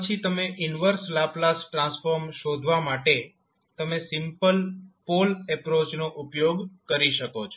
પછી તમે inverse Laplace transform શોધવા માટે તમે સિમ્પલ પોલ અપ્રોચ નો ઉપયોગ કરી શકો છો